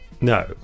No